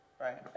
right